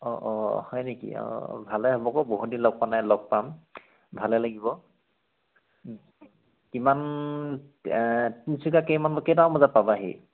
অ অ হয় নেকি অ ভালে হ'ব বহুত দিন লগ পোৱা নাই লগ পাম ভালে লাগিব কিমান কেইটা কেইটামান বজাত পাবাহি